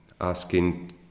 asking